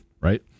right